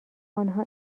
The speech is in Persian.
آنها